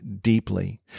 deeply